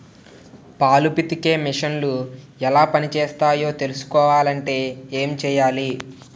పాలు పితికే మిసన్లు ఎలా పనిచేస్తాయో తెలుసుకోవాలంటే ఏం చెయ్యాలి?